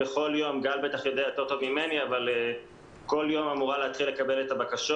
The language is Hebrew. בכל יום גל בטח יודע יותר טוב ממני אמורה להתחיל לקבל את הבקשות.